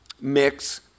mix